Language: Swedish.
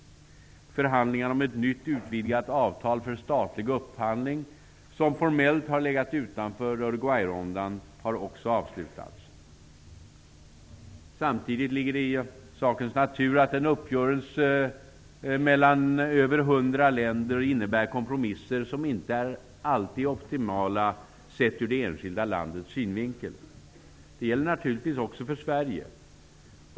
Förhandlingarna om ett nytt, utvidgat avtal för statlig upphandling, som formellt har legat utanför Uruguayrundan, har också avslutats. Samtidigt ligger det i sakens natur att en uppgörelse mellan över 100 länder innebär kompromisser som inte alltid är optimala sett ur det enskilda landets synvinkel. Det gäller naturligtvis också för Sverige.